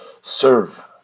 serve